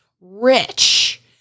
rich